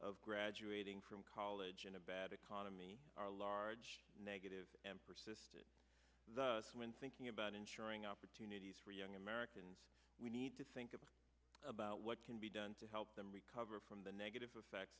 of graduating from college in a bad economy are large negative and persistent thus when thinking about insuring opportunities for young americans we need to think about what can be done to help them recover from the negative effects